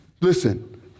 Listen